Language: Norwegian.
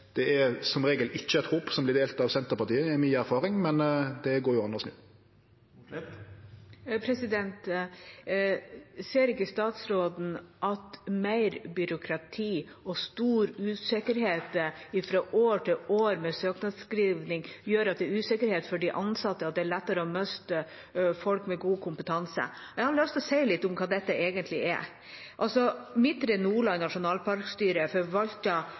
Det er som regel ikkje eit håp som vert delt av Senterpartiet, er mi erfaring, men det går jo an å snu. Ser ikke statsråden at mer byråkrati og stor usikkerhet fra år til år med søknadsskriving gjør det usikkert for de ansatte, og at det er lettere å miste folk med god kompetanse? Jeg har lyst til å si litt om hva dette egentlig er. Midtre Nordland nasjonalparkstyre